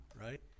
right